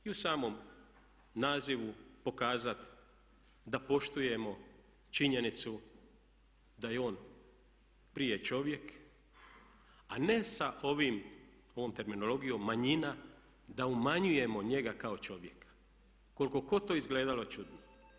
I u samom nazivu pokazati da poštujemo činjenicu da je on prije čovjek a ne sa ovom terminologijom manjina da umanjujemo njega kao čovjeka, koliko god to izgledalo čudno.